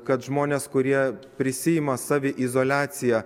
kad žmonės kurie prisiima saviizoliaciją